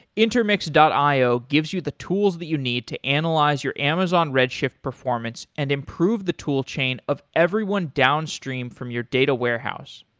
intermix io gives you the tools that you need to analyze your amazon redshift performance and improve the tool chain of everyone downstream from your data warehouse.